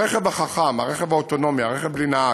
הרכב החכם, הרכב האוטונומי, הרכב בלי נהג,